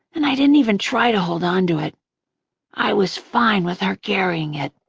and i didn't even try to hold on to it i was fine with her carrying it.